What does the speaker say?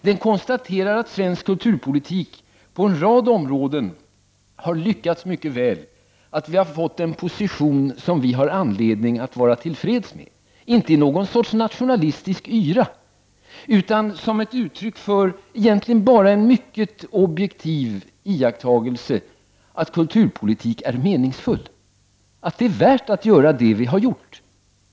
Den konstaterar att svensk kulturpolitik på en rad områden har lyckats mycket väl, att vi har nått en position som vi har anledning att vara till freds med, inte i någon sorts nationalistisk yra utan som ett uttryck för egentligen bara en mycket objektiv iakttagelse, att kulturpolitik är meningsfull, att det är värt att göra det vi har gjort.